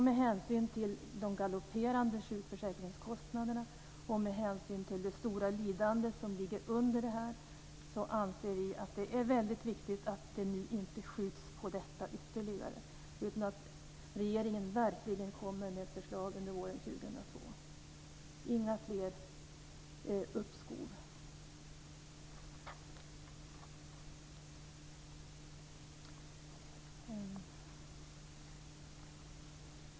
Med hänsyn till de galopperande sjukförsäkringskostnaderna och det stora lidande som ligger under det här anser vi att det är väldigt viktigt att man inte ytterligare skjuter upp detta, utan att regeringen verkligen kommer med ett förslag under våren 2002. Inga fler uppskov!